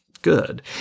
Good